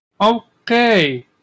Okay